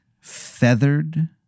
feathered